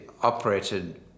operated